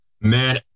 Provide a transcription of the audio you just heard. Man